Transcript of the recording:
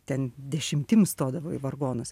ten dešimtim stodavo į vargonus